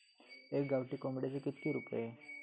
एका गावठी कोंबड्याचे कितके रुपये?